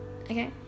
okay